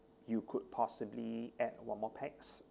you could possibly add one more pax